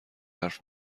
حرف